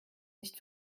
nicht